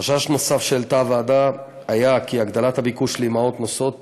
חשש נוסף שהעלתה הוועדה היה שהגדלת הביקוש לאימהות נושאות